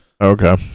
okay